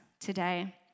today